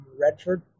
Redford